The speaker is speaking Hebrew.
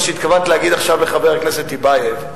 שהתכוונת להגיד עכשיו לחבר הכנסת טיבייב,